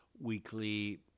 weekly